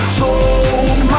told